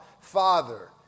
Father